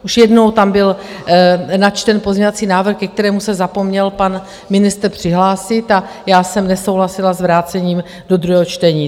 Už jednou tam byl načten pozměňovací návrh, ke kterému se zapomněl pan ministr přihlásit, a já jsem nesouhlasila s vrácením do druhého čtení.